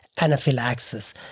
anaphylaxis